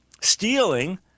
Stealing